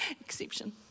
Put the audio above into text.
Exception